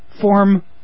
form